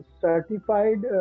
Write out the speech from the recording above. certified